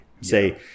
Say